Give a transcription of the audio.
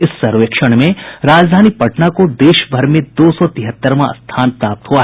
इस सर्वेक्षण में राजधानी पटना को देश भर में दो सौ तिहत्तरवां स्थान प्राप्त हुआ